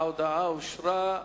ההודעה אושרה.